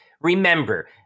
Remember